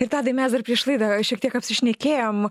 ir tadai mes dar prieš laidą šiek tiek apsišnekėjom